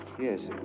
yes.